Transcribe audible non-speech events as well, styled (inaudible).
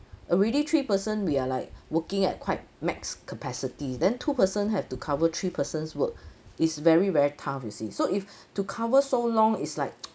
already three person we are like working at quite max capacity then two person have to cover three persons work is very very tough you see so if to cover so long is like (noise)